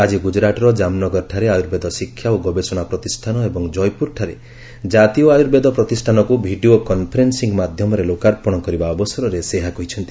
ଆଜି ଗୁଜୁରାଟ୍ର କାମ୍ନଗରଠାରେ ଆୟୁର୍ବେଦ ଶିକ୍ଷା ଓ ଗବେଷଣା ପ୍ରତିଷ୍ଠାନ ଏବଂ କ୍ରୟପୁରଠାରେ ଜାତୀୟ ଆୟୁର୍ବେଦ ପ୍ରତିଷ୍ଠାନକୁ ଭିଡ଼ିଓ କନ୍ଫରେନ୍ସିଂ ମାଧ୍ୟମରେ ଲୋକାର୍ପଣ କରିବା ଅବସରରେ ସେ ଏହା କହିଛନ୍ତି